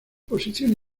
posición